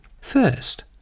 First